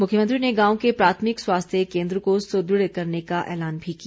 मुख्यमंत्री ने गांव के प्राथमिक स्वास्थ्य केन्द्र को सुदृढ़ करने का भी ऐलान किया